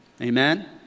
Amen